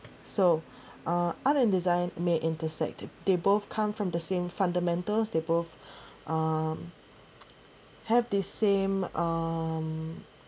so uh art and design may intersected they both come from the same fundamentals they both um have the same um